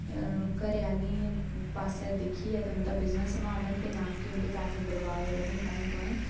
घरें आह्लें पास्से दिक्खियै ते उं'दा बिजनेस संभालन ना कि उं'दे पैसे बर्बाद करन ताहीं तोहाईं